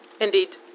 Indeed